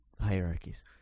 hierarchies